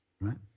Right